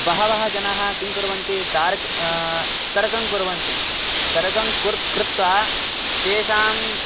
बहवः जनाः किं कुर्वन्ति तार्क् तर्कं कुर्वन्ति तर्कं कुर् कृत्वा तेषाम्